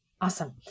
Awesome